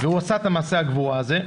והוא עשה את מעשה הגבורה הזה.